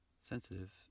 sensitive